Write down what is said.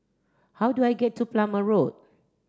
how do I get to Plumer Road